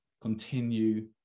Continue